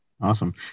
awesome